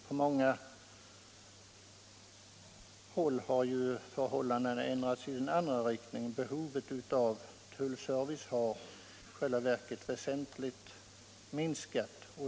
På många håll har emellertid förhållandena ändrats i en annan riktning. Behovet av tullservice har i själva verket väsentligt minskat.